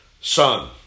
Son